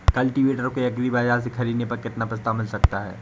Cultivator को agri बाजार से ख़रीदने पर कितना प्रस्ताव मिल सकता है?